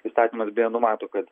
įstatymas beje numato kad